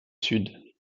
sud